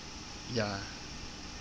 ya